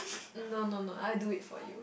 no no no I do it for you